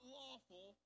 lawful